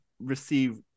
receive